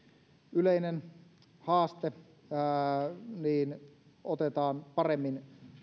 yleinen haaste otetaan paremmin